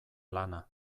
lana